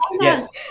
yes